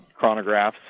chronographs